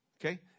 Okay